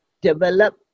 develop